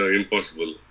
impossible